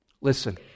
Listen